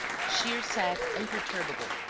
shears sat imperturbable,